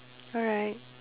alright